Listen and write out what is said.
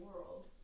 world